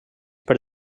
per